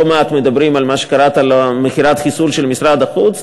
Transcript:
לא מעט על מה שקראת לה: מכירת חיסול של משרד החוץ.